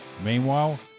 Meanwhile